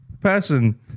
person